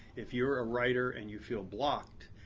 if you're a writer and you feel blocked,